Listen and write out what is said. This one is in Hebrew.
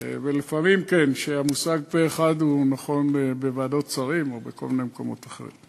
לפעמים המושג פה-אחד נכון בוועדות שרים או בכל מיני מקומות אחרים.